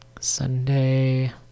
Sunday